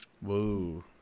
Whoa